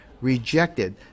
rejected